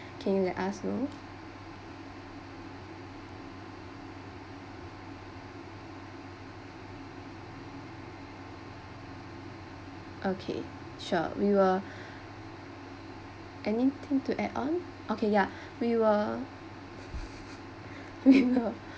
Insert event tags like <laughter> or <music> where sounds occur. can you let us know okay sure we will anything to add on okay yeah we will <laughs> we will